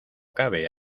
cabe